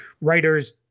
writers